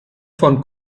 von